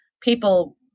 people